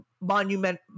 monument